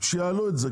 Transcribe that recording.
שיעלו את זה,